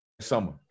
summer